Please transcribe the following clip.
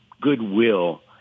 goodwill